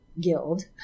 guild